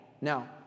Now